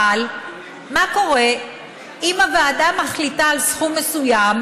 אבל מה קורה אם הוועדה מחליטה על סכום מסוים,